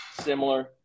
similar